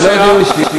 זה לא דיון אישי.